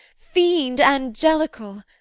fiend angelical!